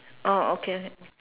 oh okay okay